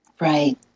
Right